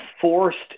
forced